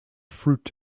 fruit